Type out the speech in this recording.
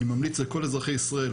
אני ממליץ לכל אזרחי ישראל,